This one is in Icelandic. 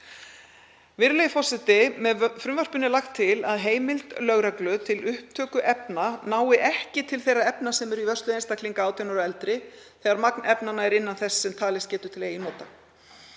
Virðulegi forseti. Með frumvarpinu er lagt til að heimild lögreglu til upptöku efna nái ekki til þeirra efna sem eru í vörslu einstaklinga 18 ára og eldri þegar magn efnanna er innan þess sem talist getur til eigin nota.